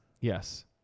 Yes